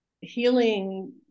healing